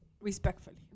respectfully